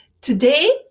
Today